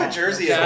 jersey